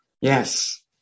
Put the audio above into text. Yes